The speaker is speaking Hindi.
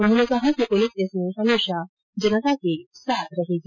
उन्होंने कहा कि पुलिस इसमें हमेशा जनता के साथ रहेगी